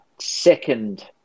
second